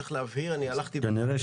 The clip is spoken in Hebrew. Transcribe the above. צריך להבהיר אני בדקתי -- כנראה,